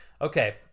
Okay